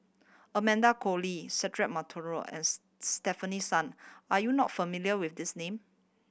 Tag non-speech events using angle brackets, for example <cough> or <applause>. Amanda Koe Lee Cedric Monteiro and <unintelligible> Stefanie Sun are you not familiar with these name